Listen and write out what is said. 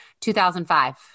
2005